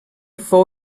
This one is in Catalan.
fou